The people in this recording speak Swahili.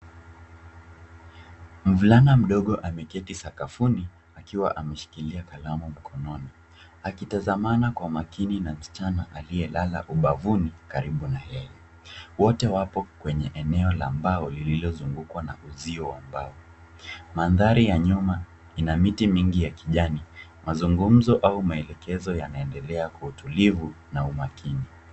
Mvulana mdogo ameketi sakafuni akiwa ameshikilia kalamu mkononi, akitazamana kwa makini na msichana aliyelala ubavuni karibu na yeye. Wote wapo kwenye eneo la mbao lililozungukwa na uzio wa mbao. Mandhari ya nyuma ina miti mingi ya kijani. Mazungumzo au maelekezo yanaendelea kwa utulivu na umakini.